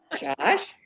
Josh